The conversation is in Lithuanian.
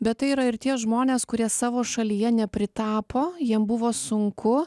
bet tai yra ir tie žmonės kurie savo šalyje nepritapo jiem buvo sunku